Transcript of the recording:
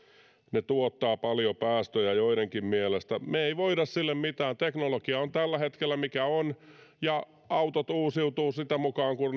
ne tuottavat paljon päästöjä joidenkin mielestä me emme voi sille mitään teknologia on tällä hetkellä mikä on ja autot uusiutuvat sitä mukaa kuin